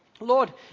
Lord